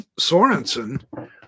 Sorensen